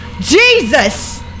Jesus